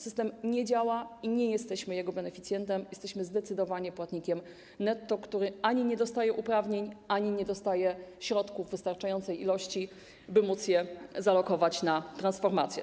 System nie działa i nie jesteśmy jego beneficjentem, jesteśmy zdecydowanie płatnikiem netto, który ani nie dostaje uprawnień, ani nie otrzymuje środków w wystarczającej ilości, by można było je alokować na transformację.